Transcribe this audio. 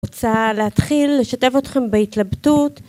רוצה להתחיל לשתף אתכם בהתלבטות